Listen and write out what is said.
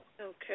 Okay